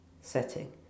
setting